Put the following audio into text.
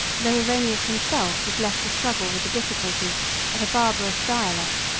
though irenaeus himself was left to struggle with the difficulties of a barbarous dialect,